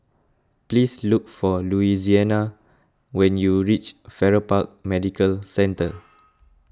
please look for Louisiana when you reach Farrer Park Medical Centre